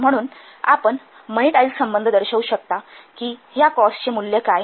म्हणून आपण मणीटाइझ्ड संबंध दर्शवू शकता कि ह्या कॉस्टचे मूल्य काय